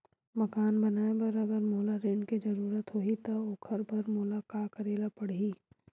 मकान बनाये बर अगर मोला ऋण के जरूरत होही त ओखर बर मोला का करे ल पड़हि?